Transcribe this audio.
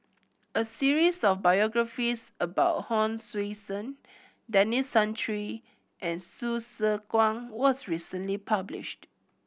a series of biographies about Hon Sui Sen Denis Santry and Hsu Tse Kwang was recently published